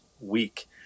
week